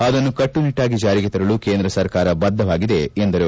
ಅದನ್ನು ಕಟ್ಟುನಿಟ್ಟಾಗಿ ಜಾರಿಗೆ ತರಲು ಕೇಂದ್ರ ಸರ್ಕಾರ ಬದ್ದವಾಗಿದೆ ಎಂದರು